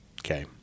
Okay